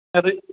કયારે